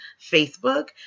Facebook